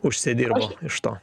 užsidirbo iš to